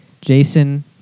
Jason